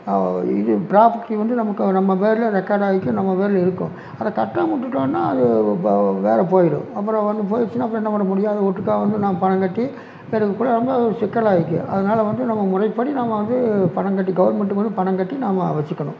இது பிராப்பர்ட்டி வந்து நமக்கு நம்ம பேரில் ரெக்கார்ட் ஆயிக்கும் நம்ம பேரில் இருக்கும் அதை கட்டாமல் விட்டுவிட்டோன்னா அது வேலை போயிவிடும் அப்புறம் வந்து போயிருச்சுனா அப்புறம் என்ன பண்ண முடியும் அது ஒட்டுக்கா வந்து நான் பணம் கட்டி எனக்கு கூட ரொம்ப சிக்கலாயிருக்கு அதனால் வந்து நம்ம முறைப்படி நம்ம வந்து பணம் கட்டி கவர்ன்மெண்ட்டுக்கு வந்து பணம் கட்டி நம்ம வச்சுக்கணும்